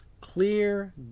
clear